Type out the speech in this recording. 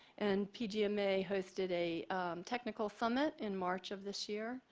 and pgma hosted a technical summit in march of this year.